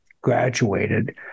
graduated